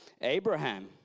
Abraham